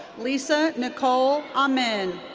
lisa nichole amen.